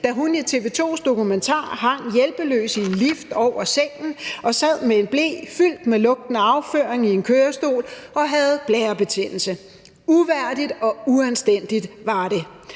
da hun i TV 2's dokumentar hang hjælpeløs i en lift over sengen og sad med en ble fyldt med lugtende afføring i en kørestol og havde blærebetændelse. Uværdigt og uanstændigt var det.